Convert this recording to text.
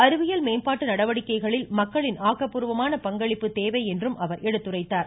அறிவியல் மேம்பாட்டு நடவடிக்கைகளில் மக்களின் ஆக்கப்பூர்வமான பங்களிப்பு தேவை என்றும் அவர் எடுத்துரைத்தார்